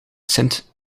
sint